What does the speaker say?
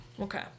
Okay